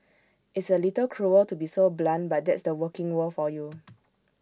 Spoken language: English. it's A little cruel to be so blunt but that's the working world for you